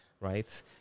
right